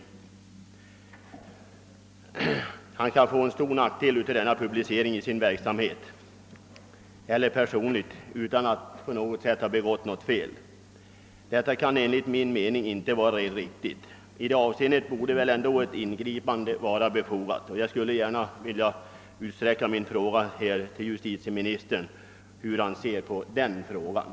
Sådan publicering kan bli till stor nackdel för honom både rent personligt och i hans verksamhet och detta trots att han inte har begått något som helst fel. Enligt min mening kan detta inte vara riktigt, och ett ingripande borde där för vara befogat. Jag vill därför gärna fråga justitieministern hur han ser på detta spörsmål.